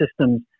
systems